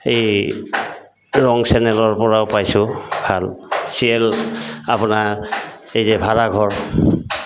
এই ৰং চেনেলৰপৰাও পাইছোঁ ভাল চিয়েল আপোনাৰ এই যে ভাড়াঘৰ